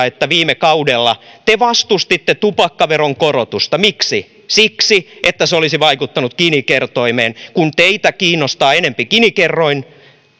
että viime kaudella te vastustitte tupakkaveron korotusta miksi siksi että se olisi vaikuttanut gini kertoimeen kun teitä kiinnostavat enempi gini kerroin